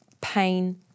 pain